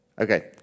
Okay